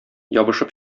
ябышып